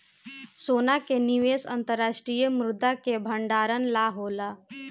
सोना के निवेश अंतर्राष्ट्रीय मुद्रा के भंडारण ला होला